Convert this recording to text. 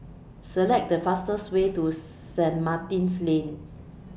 Select The fastest Way to Saint Martin's Lane